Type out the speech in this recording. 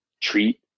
treat